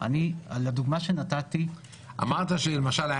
לדוגמה שנתתי -- אמרת שאם למשל היה